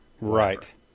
right